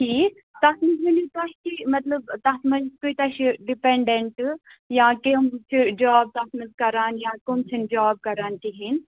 ٹھیٖک تَتھ منٛز ؤنِو تُہۍ تہِ مطلب تَتھ منٛز کۭتیٛاہ چھِ ڈِپیٚنٛڈینٛٹہٕ یا کٔم چھِ جاب تَتھ منٛز کَران یا کٔم چھِنہٕ جاب کَران کِہِیٖینٛی